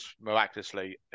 miraculously